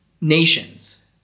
nations